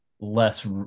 less